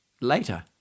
later